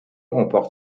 remporte